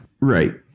right